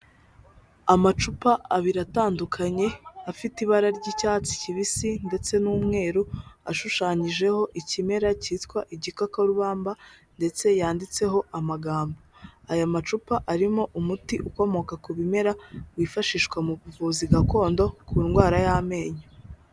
Amacupa abiri atandukanye afite ibara ry'icyatsi kibisi ndetse n'umweru, ashushanyijeho ikimera cyitwa igikakarubamba ndetse yanditseho amagambo, aya macupa arimo umuti ukomoka ku bimera wifashishwa mu buvuzi gakondo ku ndwara y'amenyo.